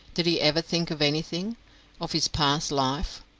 did he ever think of anything of his past life,